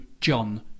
John